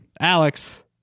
Alex